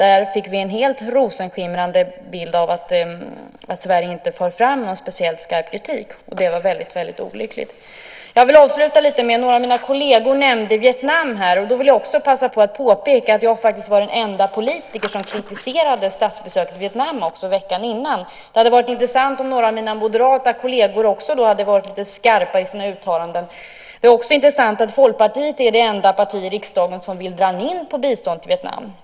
Vi fick en rosenskimrande bild av att Sverige inte för fram någon speciellt skarp kritik. Det var väldigt olyckligt. Jag ska avsluta med att ta upp Vietnam, som några av mina kolleger nämnde något om. Jag vill passa på att påpeka att jag var den enda politiker som också kritiserade statsbesöket i Vietnam veckan innan. Det hade varit intressant om några av mina moderata kolleger då också hade varit lite skarpa i sina uttalanden. Det är också intressant att Folkpartiet är det enda parti i riksdagen som vill dra in på biståndet till Vietnam.